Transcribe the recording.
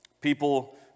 People